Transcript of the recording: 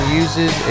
uses